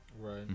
Right